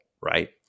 Right